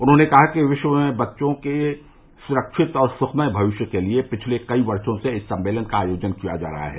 उन्होंने कहा कि विश्व में बच्चों के सुरक्षित और सुखमय भविष्य के लिए पिछले कई वर्षो से इस सम्मेलन का आयोजन किया जा रहा है